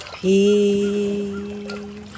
Peace